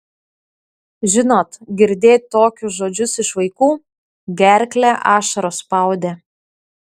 žinot girdėt tokius žodžius iš vaikų gerklę ašaros spaudė